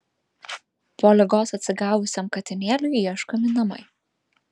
po ligos atsigavusiam katinėliui ieškomi namai